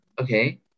okay